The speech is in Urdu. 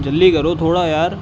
جلدی کرو تھوڑا یار